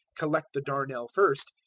collect the darnel first,